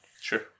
sure